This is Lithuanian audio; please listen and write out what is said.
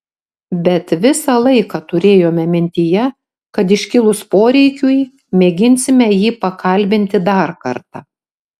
bet visą laiką turėjome mintyje kad iškilus poreikiui mėginsime jį pakalbinti dar kartą